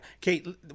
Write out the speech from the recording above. Kate